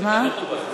יותר מכובד.